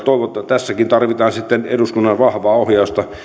tässäkin tarvitaan sitten eduskunnan vahvaa ohjausta